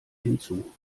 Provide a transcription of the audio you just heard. hinzu